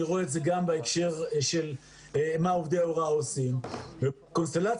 רואה את זה גם בהקשר של מה עושים עובדי ההוראה עושים ובקונסטלציה